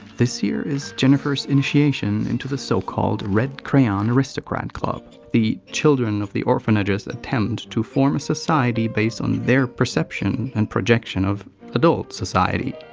this here is jennifer's initiation into the so called red crayon aristocrat club the children of the orphanage's attempt to form a society based on their perception and projection of. adult society.